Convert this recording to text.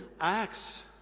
Acts